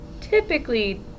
typically